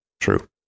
true